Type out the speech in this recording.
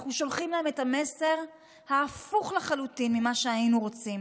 אנחנו שולחים להם את המסר ההפוך לחלוטין ממה שהיינו רוצים